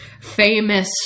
famous